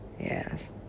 Yes